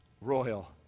royal